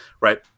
right